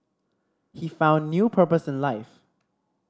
he found new purpose in life